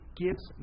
gives